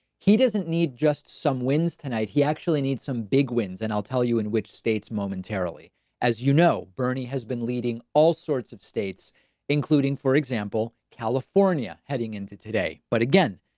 he doesn't need just some wins tonight he actually need some big wins. and i'll tell you, in which states momentarily as you know bernie has been leading all sorts of states including for example, california, heading into today. but again,